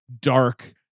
dark